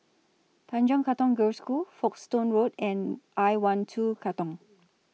Tanjong Katong Girls' School Folkestone Road and I one two Katong